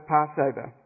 Passover